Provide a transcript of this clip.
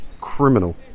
criminal